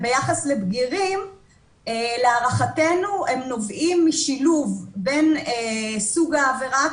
הם ביחס לבגירים ולהערכתנו הם נובעים משילוב בין סוג העבירה,